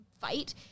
fight